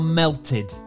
melted